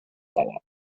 sauer